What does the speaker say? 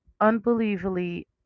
unbelievably